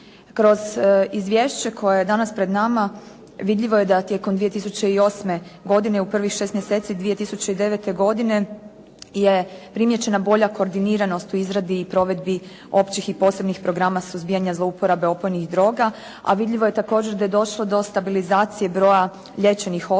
Kroz izvješće koje je danas pred nama, vidljivo je da tijekom 2008. godine u prvih šest mjeseci 2009. godine je primijećena bolja koordiniranost u izradi i provedbi općih i posebnih programa suzbijanja zlouporabe opojnih droga, a vidljivo je također da je došlo do stabilizacije broja liječenih osoba,